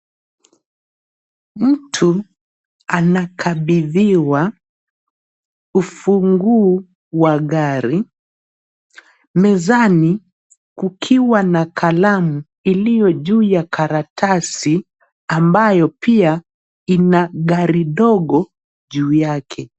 Mtu anakabidhiwa ufunguu wa gari, mezani kukiwa na kalamu iliyo juu ya karatasi, ambayo pia ina gari dogo juu yake.